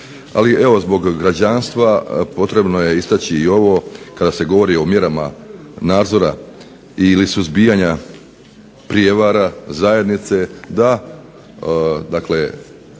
Ali evo zbog građanstva potrebno je istaći i ovo kada se govori o mjerama nadzora ili suzbijanja prijevara zajednice da, dakle